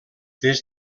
des